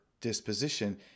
disposition